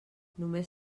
només